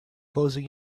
closing